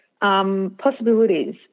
possibilities